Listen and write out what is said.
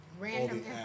Random